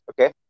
Okay